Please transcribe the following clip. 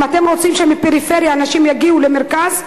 אם אתם רוצים שאנשים יגיעו מהפריפריה למרכז,